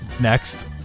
next